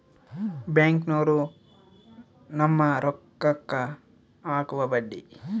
ಬ್ಯಾಂಕ್ನೋರು ನಮ್ಮ್ ರೋಕಾಕ್ಕ ಅಕುವ ಬಡ್ಡಿ